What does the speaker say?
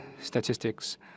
statistics